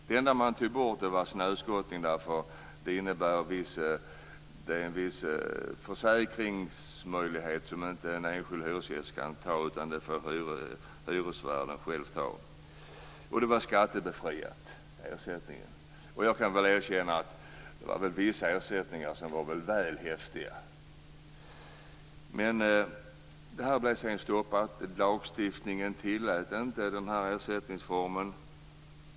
Det enda man tog bort var snöskottningen, eftersom den innebär en viss försäkringsmöjlighet som inte en enskild hyresgäst kan ta. Den får hyresvärden själv ta. Dessa ersättningar var skattebefriade, och jag kan väl erkänna att vissa ersättningar var väl häftiga. Detta stoppades sedan. Lagstiftningen tillät inte denna ersättningsform.